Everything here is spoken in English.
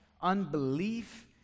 unbelief